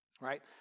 Right